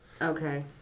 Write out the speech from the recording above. Okay